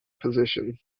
position